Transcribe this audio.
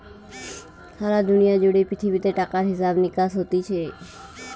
সারা দুনিয়া জুড়ে পৃথিবীতে টাকার হিসাব নিকাস হতিছে